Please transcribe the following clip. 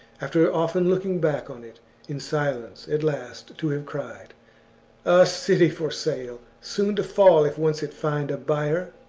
after often looking back on it in silence, at last to have cried a city for sale, soon to fall if once it find a buyer.